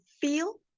feel